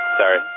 Sorry